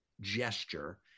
gesture